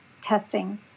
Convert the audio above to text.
testing